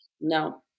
No